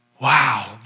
wow